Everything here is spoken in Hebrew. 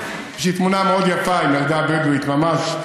יש לי תמונה מאוד יפה עם ילדה בדואית, ממש,